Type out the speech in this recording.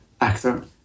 actor